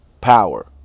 power